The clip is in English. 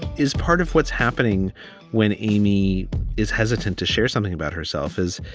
is part of what's happening when amy is hesitant to share something about herself is,